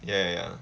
ya ya